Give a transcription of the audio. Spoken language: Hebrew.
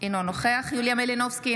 אינו נוכח יוליה מלינובסקי,